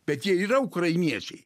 bet jie yra ukrainiečiai